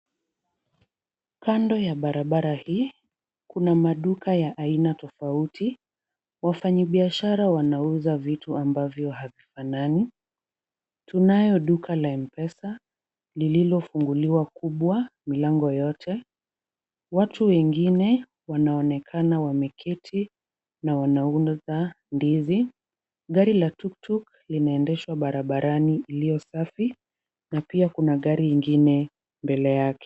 Kando ya barabara hii kuna maduka ya aina tofauti. Wafanyibiashara wanauza vitu ambavyo havifanani. Tunayo duka la Mpesa lililofunguliwa kubwa milango yote. Watu wengine wanaonekana wameketi na wanauza ndizi. Gari la tuktuk linaendeshwa barabarani iliyo safi na pia kuna gari ingine mbele yake.